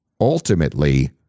ultimately